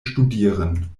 studieren